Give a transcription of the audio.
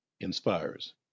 inspires